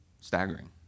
staggering